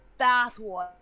bathwater